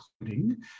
including